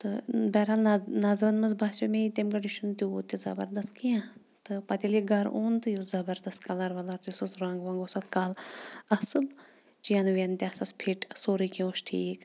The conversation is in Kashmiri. تہٕ بحرحال نظ نظرَن منٛز باسیو مےٚ یہِ تَمہِ گٔڑۍ یہِ چھُنہٕ تیوٗت تہِ زَبَردَس کینٛہہ تہٕ پَتہٕ ییٚلہِ یہِ گَرٕ اوٚن تہٕ یہِ اوس زَبَردَس کَلَر وَلَر بیٚیہِ اوسُس رنٛگ ونٛگ اوس اَتھ کَل اَصٕل چینہٕ وینہٕ تہِ آسَس فِٹ سورُے کینٛہہ اوس ٹھیٖک